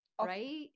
right